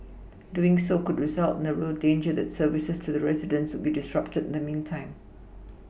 doing so could result in a real danger that services to the residents would be disrupted in the meantime